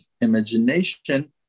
imagination